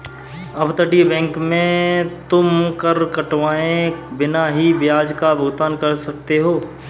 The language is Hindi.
अपतटीय बैंक में तुम कर कटवाए बिना ही ब्याज का भुगतान कर सकते हो